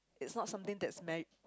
it's not something that's meas~